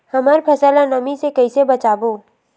हमर फसल ल नमी से क ई से बचाबो?